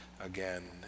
again